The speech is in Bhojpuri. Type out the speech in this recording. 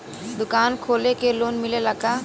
दुकान खोले के लोन मिलेला का?